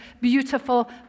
beautiful